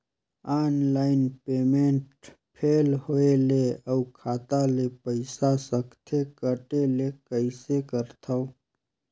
Online payment fail होय ले अउ खाता ले पईसा सकथे कटे ले कइसे करथव?